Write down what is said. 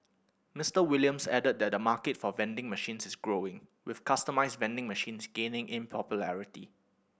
Mister Williams added that the market for vending machines is growing with customised vending machines gaining in popularity